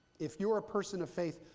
if you are a person of faith,